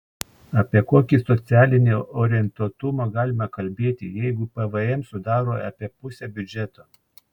apie kokį socialinį orientuotumą galima kalbėti jeigu pvm sudaro apie pusę biudžeto